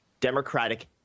Democratic